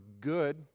good